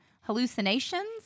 hallucinations